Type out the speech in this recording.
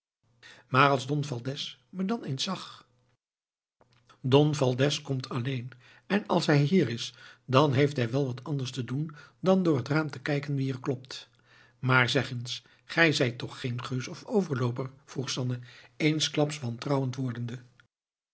maar als don valdez me dan eens zag don valdez komt alléén en als hij hier is dan heeft hij wel wat anders te doen dan door het raam te kijken wie er klopt maar zeg eens gij zijt toch geen geus of overlooper vroeg sanne eensklaps wantrouwend wordende